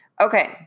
Okay